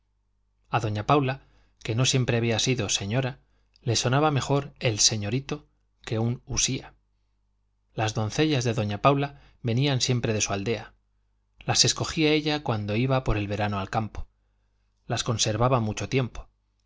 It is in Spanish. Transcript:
a doña paula que no siempre había sido señora le sonaba mejor el señorito que un usía las doncellas de doña paula venían siempre de su aldea las escogía ella cuando iba por el verano al campo las conservaba mucho tiempo